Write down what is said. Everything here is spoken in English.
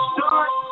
Start